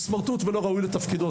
הוא סמרטוט ולא ראוי לתפקידו,